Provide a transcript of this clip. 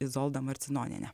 izolda marcinonienė